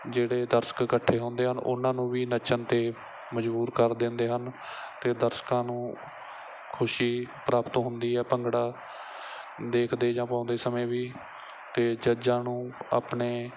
ਜਿਹੜੇ ਦਰਸ਼ਕ ਇਕੱਠੇ ਹੁੰਦੇ ਹਨ ਉਹਨਾਂ ਨੂੰ ਵੀ ਨੱਚਣ 'ਤੇ ਮਜ਼ਬੂਰ ਕਰ ਦਿੰਦੇ ਹਨ ਅਤੇ ਦਰਸ਼ਕਾਂ ਨੂੰ ਖੁਸ਼ੀ ਪ੍ਰਾਪਤ ਹੁੰਦੀ ਹੈ ਭੰਗੜਾ ਦੇਖਦੇ ਜਾਂ ਪਾਉਂਦੇ ਸਮੇਂ ਵੀ ਅਤੇ ਜੱਜਾਂ ਨੂੰ ਆਪਣੇ